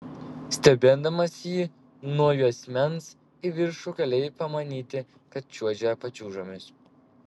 stebėdamas jį nuo juosmens į viršų galėjai pamanyti kad čiuožia pačiūžomis